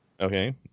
Okay